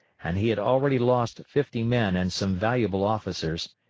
and he had already lost fifty men and some valuable officers,